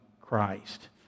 Christ